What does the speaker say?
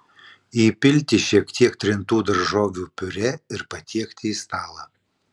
įpilti šiek tiek trintų daržovių piurė ir patiekti į stalą